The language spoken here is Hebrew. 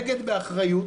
שנוהגת באחריות